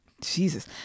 Jesus